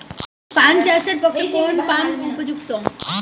পান চাষের পক্ষে কোন পাম্প উপযুক্ত?